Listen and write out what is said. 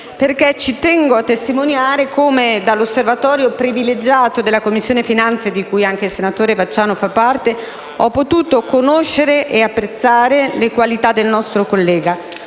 tengo a testimoniare come, dall'osservatorio privilegiato della Commissione finanze, di cui anche il senatore Vacciano fa parte, ho potuto conoscere ed apprezzare le qualità del nostro collega.